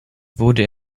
wurde